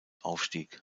aufstieg